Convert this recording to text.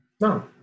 No